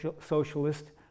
socialist